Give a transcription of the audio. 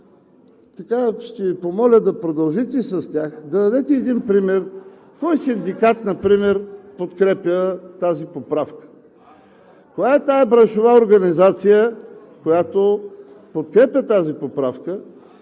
и ще Ви помоля да продължите с тях, да дадете един пример кой синдикат например подкрепя тази поправка? Коя е тази браншова организация, която подкрепя тази поправка?